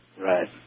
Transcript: Right